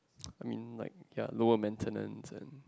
I mean like ya lower maintenance and